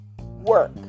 work